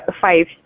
five